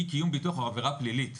אי קיום ביטוח היא עבירה פלילית.